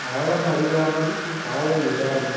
ஆழம் அறியாமல் காலை இடாதே